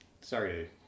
Sorry